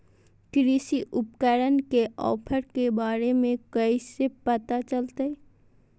कृषि उपकरण के ऑफर के बारे में कैसे पता चलतय?